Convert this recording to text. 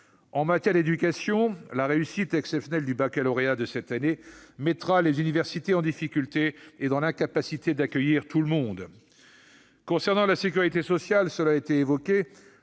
En matière d'éducation, la réussite exceptionnelle au baccalauréat cette année mettra les universités en difficulté : elles seront dans l'incapacité d'accueillir tout le monde. Concernant la sécurité sociale, les mesures